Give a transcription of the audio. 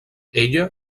ella